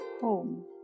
home